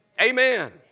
Amen